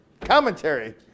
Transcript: commentary